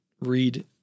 read